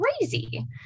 crazy